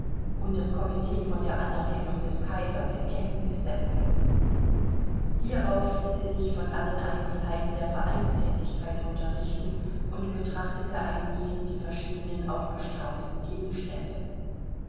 und das komitee von der anerkennung des kaisers in kenntnis setzen hierauf ließ sie sich von allen einzelheiten der vereinsthätigkeit unterrichten und betrachtete eingehend die verschiedenen aufgestapelten gegenstände